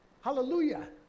hallelujah